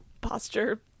posture